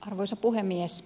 arvoisa puhemies